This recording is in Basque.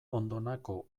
ondonako